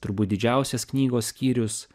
turbūt didžiausias knygos skyrius